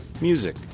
music